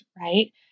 Right